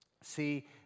See